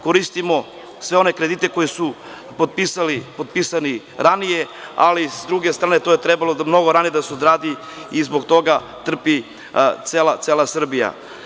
Koristimo sve one kredite koji su potpisani ranije, ali s druge strane to je trebalo mnogo ranije da se odradi, i zbog toga trpi cela Srbija.